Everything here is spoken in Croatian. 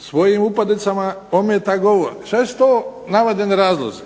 svojim upadicama ometa govor, sve su to navedeni razlozi,